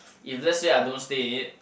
if let's say I don't stay in it